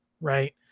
Right